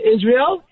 Israel